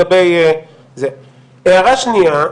הערה שנייה,